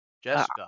Jessica